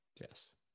Yes